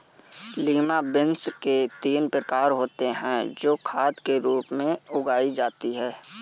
lima beans के तीन प्रकार होते हे जो खाद के रूप में उगाई जाती हें